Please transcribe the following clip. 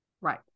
right